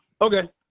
okay